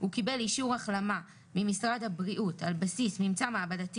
" הוא קיבל אישור החלמה ממשרד הבריאות על בסיס ממצא מעבדתי